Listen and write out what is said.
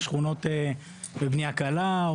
שכונות בנייה קלה,